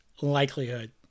likelihood